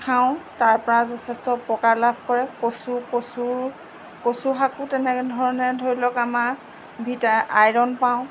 খাওঁ তাৰপৰা যথেষ্ট উপকাৰ লাভ কৰে কচু কচুৰ কচুশাকো তেনেকৈ ধৰণে ধৰি লওক আমাৰ আইৰণ পাওঁ